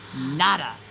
Nada